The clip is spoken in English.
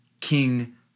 King